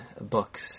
books